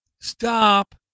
stop